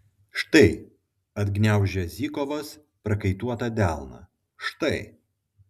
štai atgniaužia zykovas prakaituotą delną štai